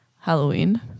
Halloween